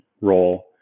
role